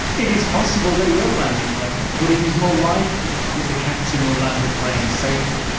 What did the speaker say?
it is possible they will land the plane, but it is more likely that the captain will land the plane safely.